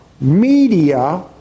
media